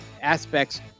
aspects